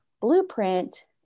blueprint